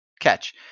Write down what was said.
catch